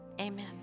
amen